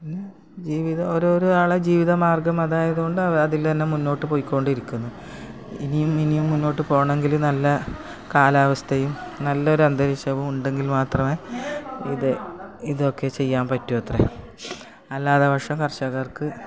ജീവിതം ഓരോരോ ആളെ ജീവിതമാർഗ്ഗം അതായതുകൊണ്ട് അവർ അതിൽ തന്നെ മുന്നോട്ട് പോയിക്കൊണ്ടിരിക്കുന്നു ഇനിയും ഇനിയും മുന്നോട്ട് പോവണമെങ്കിൽ നല്ല കാലാവസ്ഥയും നല്ലൊരു അന്തരീക്ഷവും ഉണ്ടെങ്കിൽ മാത്രമേ ഇത് ഇതൊക്കെ ചെയ്യാൻ പറ്റുവത്രെ അല്ലാത്തപക്ഷം കർഷകർക്ക്